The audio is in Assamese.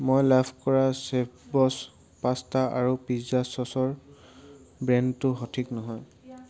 মই লাভ কৰা চেফবছ পাস্তা আৰু পিজ্জা চচৰ ব্ৰেণ্ডটো সঠিক নহয়